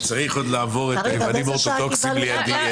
אני צריך עוד לעבור את היוונים האורתודוקסיים לידי,